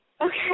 Okay